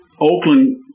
Oakland